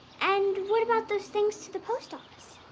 and what about those things to the post office?